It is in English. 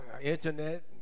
internet